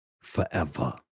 forever